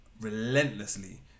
relentlessly